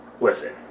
Listen